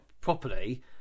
properly